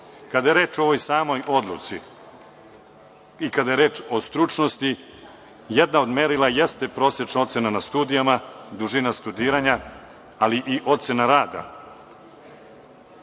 je reč o samoj odluci i kada je reč o stručnosti, jedno od merila jeste prosečna ocena na studijama, dužina studiranja, ali i ocena rada.